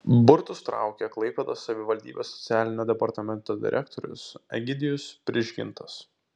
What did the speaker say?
burtus traukė klaipėdos savivaldybės socialinio departamento direktorius egidijus prižgintas